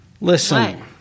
listen